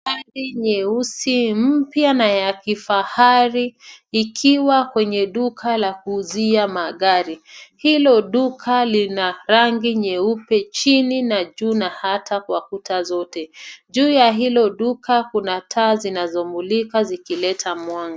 Gari nyeusi mpya na ya kifahari ikiwa kwenye duka la kuuzia magari. Hilo duka lina rangi nyeupe chini na juu na hata kwa kuta zote. Juu ya hilo duka kuna taa zinazomulika zikileta mwanga.